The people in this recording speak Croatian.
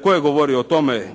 tko je govorio o tome,